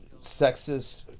sexist